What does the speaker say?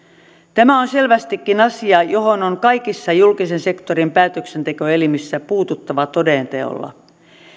tämä on selvästikin asia johon on kaikissa julkisen sektorin päätöksentekoelimissä puututtava toden teolla